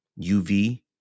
UV